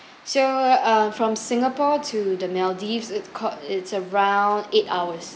so uh from singapore to the maldives it's called it's around eight hours